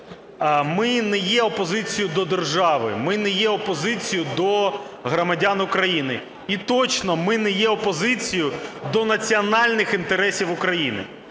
Ми не є опозицією до держави, ми не є опозицією до громадян України. І точно ми не є опозицією до національних інтересів України.